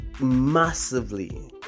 massively